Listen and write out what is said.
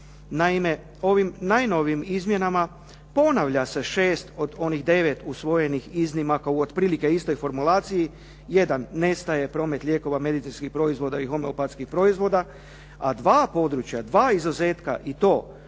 Naime, ovim najnovijim izmjenama ponavlja se šest od onih devet usvojenih iznimaka u otprilike istoj formulaciji, jedan nestaje, promet lijekova medicinskih proizvoda i homeopatskih proizvoda, a dva područja, dva izuzetka i to